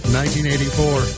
1984